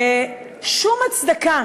שום הצדקה